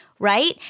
Right